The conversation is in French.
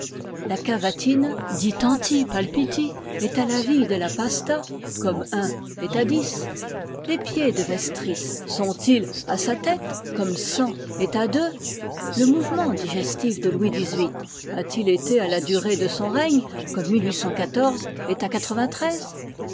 la cavatine di tanti palpiti est à la vie de la pasta comme i est a x les pieds de vestris sont-ils à sa tête comme est a le mouvement digestif de louis xviii a-til été à la durée de son règne comme est à